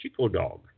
ChicoDog